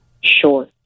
Sure